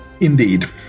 Indeed